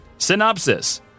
Synopsis